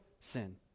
sin